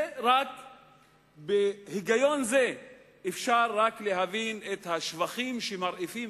רק בהיגיון זה אפשר להבין את השבחים שמרעיפים